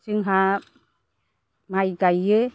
जोंहा माइ गायो